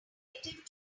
relative